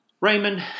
Raymond